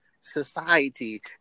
society